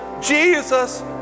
Jesus